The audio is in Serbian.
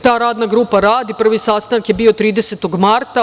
Ta radna grupa radi, prvi sastanak je bio 30. marta.